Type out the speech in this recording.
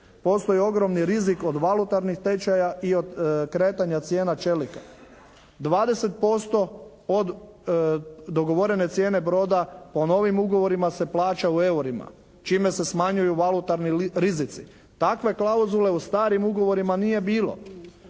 postoji ogromni rizik od valutarnih tečaja i od kretanja cijena čelika. 20% od dogovorene cijene broda po novim ugovorima se plaća u eurima čime se smanjuju valutarni rizici. Takve klauzule u starim ugovorima nije bilo.